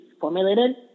formulated